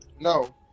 No